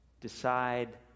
Decide